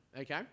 Okay